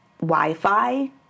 wi-fi